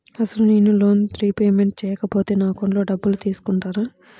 అసలు నేనూ loan repayment చేయకపోతే నా అకౌంట్లో డబ్బులు తీసుకుంటారా?